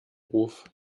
ruf